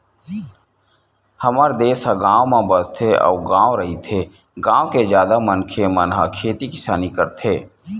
हमर देस ह गाँव म बसथे अउ गॉव रहिथे, गाँव के जादा मनखे मन ह खेती किसानी करथे